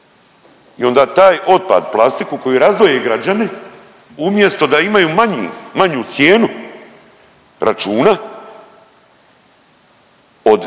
i onda taj otpad, plastiku koju razdvoje građani umjesto da imaju manji, manju cijenu računa od